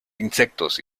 insectos